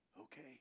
okay